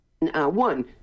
One